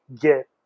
get